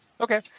Okay